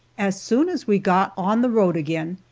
as soon as we got on the road again,